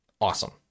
Awesome